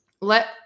let